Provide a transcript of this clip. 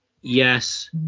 yes